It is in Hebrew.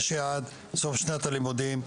יש יעד סוף שנת הלימודים,